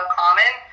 common